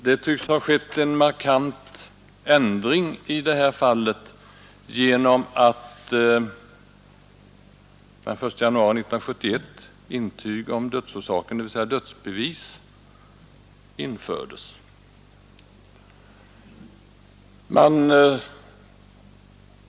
Det tycks ha skett en markant ändring genom att den 1 januari 1971 intyg om dödsorsaken, dvs. dödsbevis, infördes.